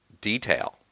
detail